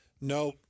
No